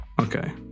Okay